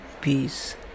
peace